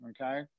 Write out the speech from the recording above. okay